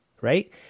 right